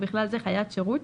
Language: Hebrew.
ובכלל זה חיית שירות,